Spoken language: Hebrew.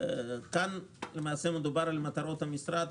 עוסק במטרות המשרד.